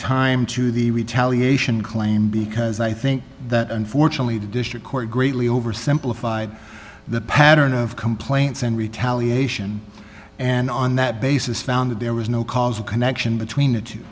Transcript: time to the retaliation claim because i think that unfortunately the district court greatly oversimplified the pattern of complaints and retaliation and on that basis found that there was no causal connection between th